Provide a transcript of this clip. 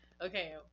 okay